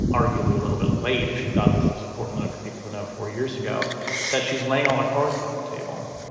arguably a little bit late, if she thought this was important for people to know four years ago that she's laying all our cards on the table,